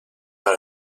vers